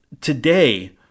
today